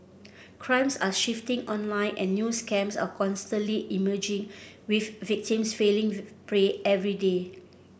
crimes are shifting online and new scams are constantly emerging with victims falling prey every day